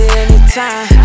anytime